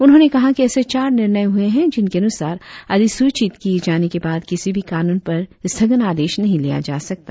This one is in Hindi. उन्होंने कहा कि ऐसे चार निर्णय हुए है जिनके अनुसार अधिसूचित किए जाने के बाद किसी भी कानून पर स्थगन आदेश नहीं लिया जा सकता